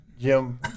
Jim